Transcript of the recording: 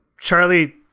Charlie